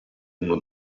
uno